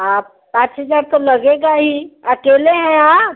हाँ पाँच हज़ार तो लगेगा ही अकेले हैं आप